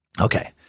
Okay